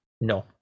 No